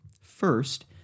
first